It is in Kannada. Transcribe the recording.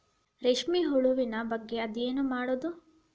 ರೇಶ್ಮೆ ಹುಳುವಿನ ಬಗ್ಗೆ ಅದ್ಯಯನಾ ಮಾಡುದು